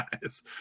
guys